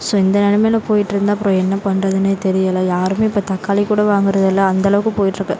so இந்த நிலமையில போயிட்டிருந்தா அப்புறம் என்ன பண்ணுறதுனே தெரியலை யாருமே இப்போ தக்காளி கூட வாங்குறது இல்லை அந்தளவுக்கு போயிட்டிருக்கு